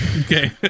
Okay